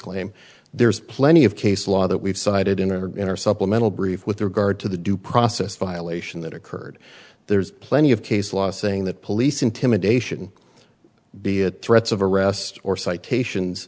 claim there's plenty of case law that we've cited in or in our supplemental brief with regard to the due process violation that occurred there's plenty of case law saying that police intimidation be it threats of arrest or citations